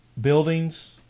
buildings